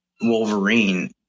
Wolverine